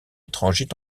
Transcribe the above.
étrangers